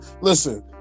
listen